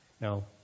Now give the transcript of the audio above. Now